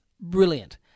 brilliant